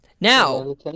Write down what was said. Now